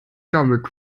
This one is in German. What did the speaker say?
damit